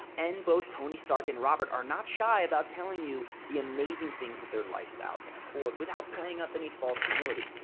and both tony stark and robert are not shy about telling you the amazing things that their lifestyle can afford, without playing up any false humility.